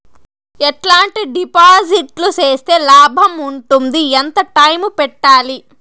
ఎట్లాంటి డిపాజిట్లు సేస్తే లాభం ఉంటుంది? ఎంత టైము పెట్టాలి?